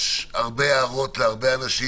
יש הרבה הערות להרבה אנשים.